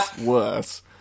worse